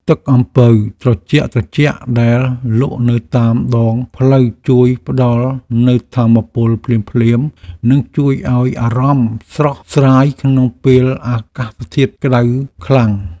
ទឹកអំពៅត្រជាក់ៗដែលលក់នៅតាមដងផ្លូវជួយផ្ដល់នូវថាមពលភ្លាមៗនិងជួយឱ្យអារម្មណ៍ស្រស់ស្រាយក្នុងពេលអាកាសធាតុក្តៅខ្លាំង។